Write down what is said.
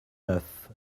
neuf